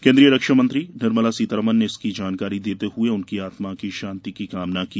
केन्द्रीय रक्षामंत्री निर्मला सीतारमन ने इसकी जानकारी देते हए उनकी आत्मा की शांति की कामना की